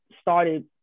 started